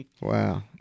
Wow